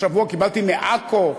השבוע קיבלתי מעכו,